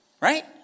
Right